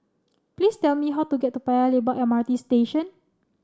please tell me how to get to Paya Lebar M R T Station